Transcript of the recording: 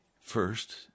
first